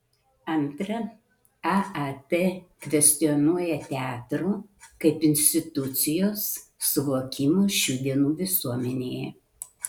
antra aat kvestionuoja teatro kaip institucijos suvokimą šių dienų visuomenėje